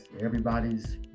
everybody's